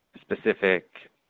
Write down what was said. specific